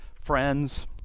friends